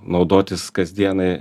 naudotis kasdienai